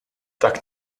tak